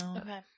Okay